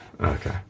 Okay